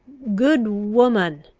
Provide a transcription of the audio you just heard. good woman,